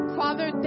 father